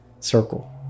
circle